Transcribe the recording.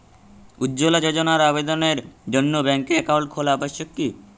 উজ্জ্বলা যোজনার আবেদনের জন্য ব্যাঙ্কে অ্যাকাউন্ট খোলা আবশ্যক কি?